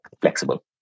flexible